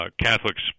Catholics